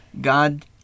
God